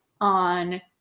on